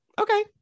Okay